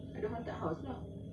then hantu-hantu tu